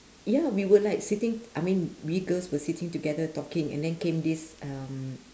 ya we were like sitting I mean we girls were sitting together talking and then came this um